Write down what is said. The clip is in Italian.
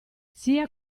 sia